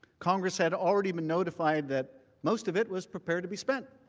congress had already been notified that most of it was prepared to be spent.